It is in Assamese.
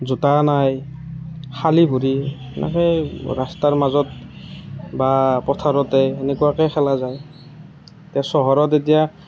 জোতা নাই খালী ভৰি এনেকেই ৰাস্তাৰ মাজত বা পথাৰতে এনেকুৱাকৈ খেলা যায় চহৰত এতিয়া